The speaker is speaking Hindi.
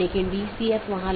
यह चीजों की जोड़ता है